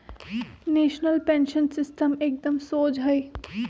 national pension system एकदम शोझ हइ